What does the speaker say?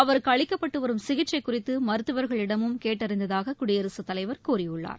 அவருக்குஅளிக்கப்பட்டுவரும் சிகிச்சைகுறித்துமருத்துவர்களிடமும் கேட்டறிந்ததாககுடியரசுத் தலைவர் கூறியுள்ளார்